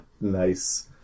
Nice